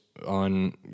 on